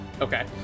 Okay